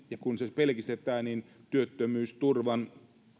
ja kun se pelkistetään niin työttömyysturvan